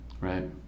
Right